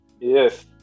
Yes